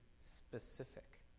specific